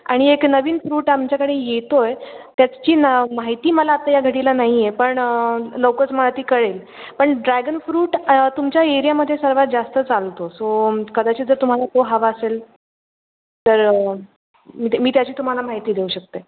आणि एक नवीन फ्रूट आमच्याकडे येतो आहे त्याची ना माहिती मला आत्ता या घडीला नाही आहे पण लवकरच मला ती कळेल पण ड्रॅगन फ्रूट तुमच्या एरियामध्ये सर्वात जास्त चालतो सो कदाचित जर तुम्हाला तो हवा असेल तर मी मी त्याची तुम्हाला माहिती देऊ शकते